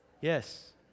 Yes